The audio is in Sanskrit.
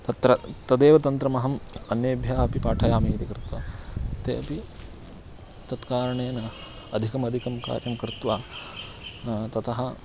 तत्र तदेव तन्त्रमहम् अन्येभ्यः अपि पाठयामि इति कृत्वा ते अपि तत्कारणेन अधिकादिकं कार्यं कृत्वा ततः